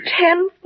Ten